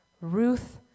Ruth